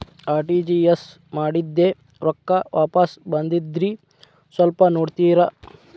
RTGS ಮಾಡಿದ್ದೆ ರೊಕ್ಕ ವಾಪಸ್ ಬಂದದ್ರಿ ಸ್ವಲ್ಪ ನೋಡ್ತೇರ?